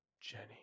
Jenny